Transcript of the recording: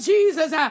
Jesus